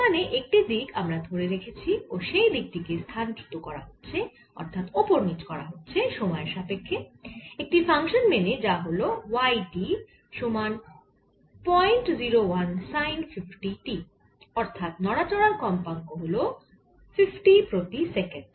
মানে একটি দিক আমরা ধরে রেখেছি ও সেই দিক টি কে স্থানচ্যুত করা হচ্ছে অর্থাৎ ওপর নিচ করা হচ্ছে সময়ের সাপেক্ষ্যে একটি ফাংশান মেনে যা হল y t সমান 01সাইন 50t অর্থাৎ নড়াচড়ার কম্পাঙ্ক হল 50 প্রতি সেকেন্ড